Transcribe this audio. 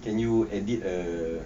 can you edit a